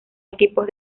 equipos